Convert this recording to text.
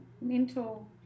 mental